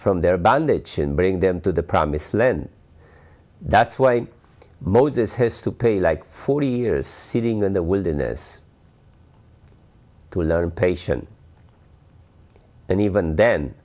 from their bondage and bring them to the promised land that's why moses has to pay like forty years sitting in the wilderness to learn patience and even then